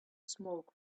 smoke